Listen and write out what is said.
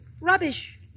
Rubbish